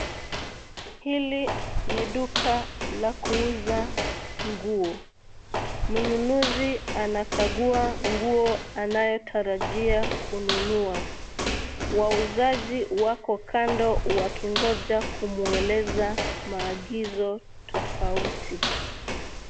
Hili ni duka la kuuza nguo, mnunuzi anakagua nguo anayotarajia kununua. Wauzaji wako kando wakingoja kumweleza maagizo tofauti.